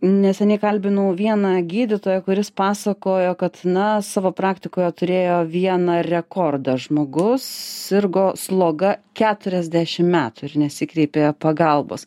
neseniai kalbinau vieną gydytoją kuris pasakojo kad na savo praktikoj turėjo vieną rekordą žmogus sirgo sloga keturiasdešim metų ir nesikreipė pagalbos